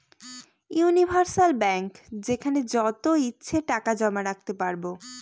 universal bank যেখানে যত ইচ্ছে টাকা জমা রাখতে পারবো